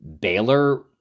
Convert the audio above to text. Baylor